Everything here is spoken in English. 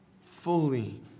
fully